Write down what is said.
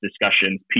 discussions